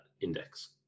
index